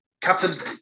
Captain